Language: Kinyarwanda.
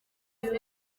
n’uko